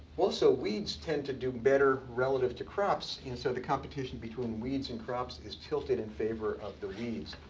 also, weeds tend to do better relative to crops. and so the competition between weeds and crops is tilted in favor of the weeds.